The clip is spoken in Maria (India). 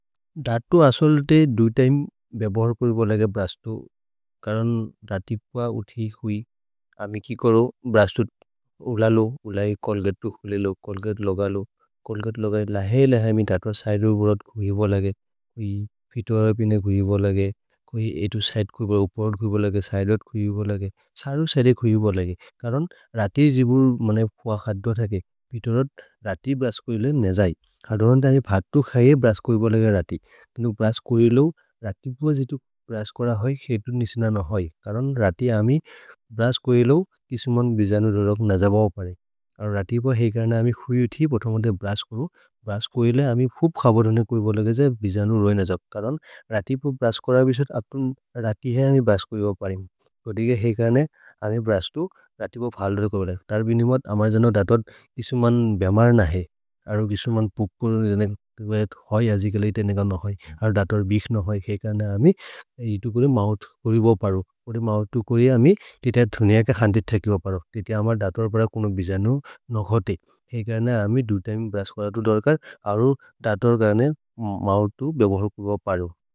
दत्तु असोलुते दुए तिमे बे बोह्रु कुइ बोलेगे ब्रश्तो करन् रतिप उथि कुइ अमिकिकोरो ब्रश्तो उललो। उलै कोल्गत्तु उलिलो, कोल्गत्तु लोगलो, कोल्गत्तु लोगलो, लहे लहे मि तत्तु। सएरोत् को हि बोलेगे, फितोरोत् पिने को हि बोलेगे, कुइ एतु सएत् को हि बोलेगे। उपोत् को हि बोलेगे, सएरोत् को हि बोलेगे, सरु सेले को हि बोलेगे। करन् रति जिवु मने पोअ खद्द थ के, फितोरोत् रति ब्रश्तो हि बोले नेजै। खद्द लन् थ हि भत्तु खये ब्रश्तो कुइ बोलेगे रति। तिनि ब्रश्तो कुइ लो, रतिप जितु ब्रश्तो कोर होइ, खेत्रु निसिन न होइ। करन् रति अमि ब्रश्तो कुइ लो, इसि मन् विजनु रोइ नजबओ परि। रतिप हि कर्नि अमि कुइ उथि पोह्तो मन् दे ब्रश्तो, ब्रश्तो कुइ लो। अमि फुप् खबरोने कुइ बोलेगे जये विजनु रोइ नजबओ। करन् रतिप ब्रश्तो कोर विसुत् अत्रु रति है अमि ब्रश्तो कुइ बो परि। करन् रतिप ब्रश्तो कुइ बोलेगे रति। तरि भि नि मत्, अमै जनो दतोत् इसु मन् भ्यमर् न है। अर्रु इसु मन् पुक्को रोइ नेजै। कुइ भैथ् होइ अजि कले हि ते ने क न होइ। अर् दतोत् भिख् न होइ, खेत्रु न अमि इतु कुइ मौत् कुइ बो परो। कुइ मौत् तु कुइ, अमि तितिअ धुनिअ क खन्जित् थ कुइ बो परो। तितिअ अमर् दतोत् परो कुइ नो विजनु न होइ ते। खेत्रु न अमि दुतै मे ब्रश्तो कोर तु दोर् कर्, अर्रु दतोत् करन् मौत् तु बेबोहो कुइ बो परो।